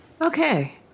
Okay